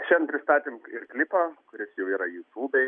šiandien pristatėm ir klipą kuris jau yra jutūbėj